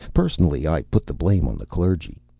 personally, i put the blame on the clergy.